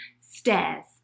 stairs